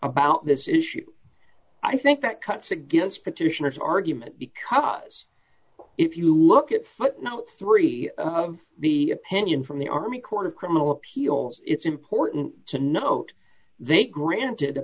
about this issue i think that cuts against petitioners argument because if you look at footnote three of the opinion from the army court of criminal appeal it's important to note they granted